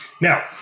Now